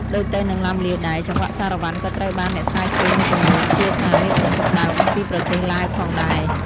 ដូចទៅនឹងឡាំលាវដែរ ចង្វាក់សារ៉ាវ៉ាន់ក៏ត្រូវបានអ្នកស្រាវជ្រាវមួយចំនួនជឿថាមានប្រភពដើមពីប្រទេសឡាវផងដែរ។